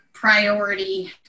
priority